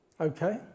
okay